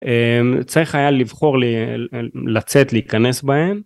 אמ... צריך היה לבחור ל... לצאת, להיכנס בהם...